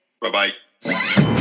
Bye-bye